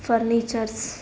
furnitures